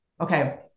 okay